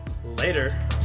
Later